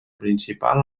principal